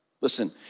Listen